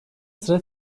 sıra